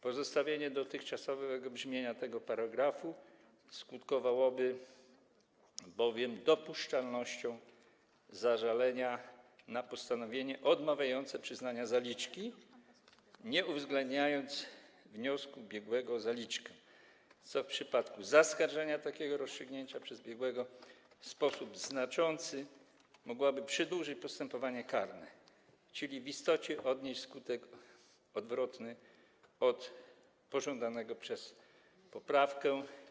Pozostawienie dotychczasowego brzmienia tego paragrafu skutkowałoby bowiem dopuszczalnością zażalenia na postanowienie odmawiające przyznania zaliczki, nie uwzględniając wniosku biegłego o zaliczkę, co w przypadku zaskarżenia takiego rozstrzygnięcia przez biegłego w sposób znaczący mogłoby przedłużyć postępowanie karne, czyli w istocie odnieść skutek odwrotny do pożądanego przez poprawkę.